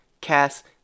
cast